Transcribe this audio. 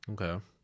Okay